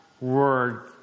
word